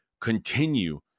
continue